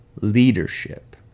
leadership